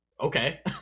Okay